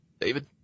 David